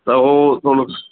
त हो थोरो